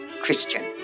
Christian